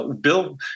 Bill